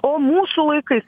o mūsų laikais